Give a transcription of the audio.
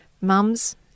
mums